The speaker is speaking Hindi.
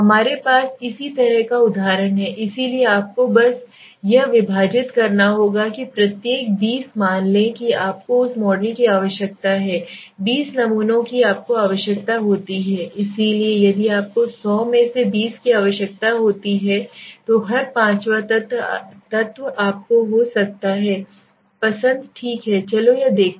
हमारे पास इसी तरह का उदाहरण है इसलिए आपको बस यह विभाजित करना होगा कि प्रत्येक 20 मान लें कि आपको उस मॉडल की आवश्यकता है 20 नमूनों की आपको आवश्यकता होती है इसलिए यदि आपको 100 में से 20 की आवश्यकता होती है तो हर पांचवां तत्व आपका हो जाता है पसंद ठीक है चलो यह देखते हैं